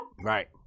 Right